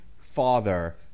father